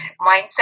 mindset